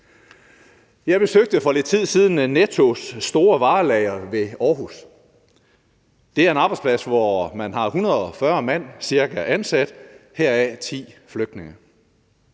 Jeg besøgte for lidt tid siden Nettos store varelager ved Aarhus. Det er en arbejdsplads, hvor man har ca. 140 mand ansat, heraf 10 flygtninge.